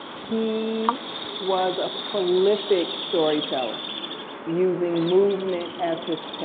he was a prolific storyteller using movement as his